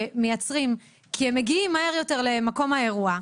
שמייצרים, כי הם מגיעים מהר יותר למקום האירוע.